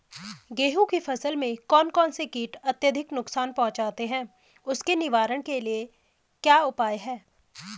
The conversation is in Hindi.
गेहूँ की फसल में कौन कौन से कीट अत्यधिक नुकसान पहुंचाते हैं उसके निवारण के क्या उपाय हैं?